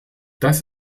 das